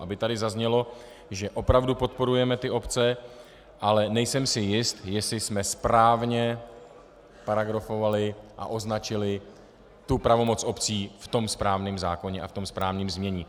Aby tady zaznělo, že opravdu podporujeme ty obce, ale nejsem si jist, jestli jsme správně paragrafovali a označili tu pravomoc obcí v tom správném zákoně a v tom správném znění.